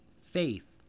faith